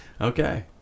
Okay